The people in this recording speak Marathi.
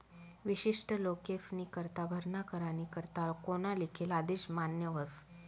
विशिष्ट लोकेस्नीकरता भरणा करानी करता कोना लिखेल आदेश मान्य व्हस